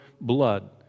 blood